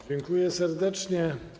Dziękuję serdecznie.